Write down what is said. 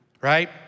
right